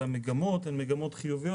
אבל המגמות הן מגמות חיוביות,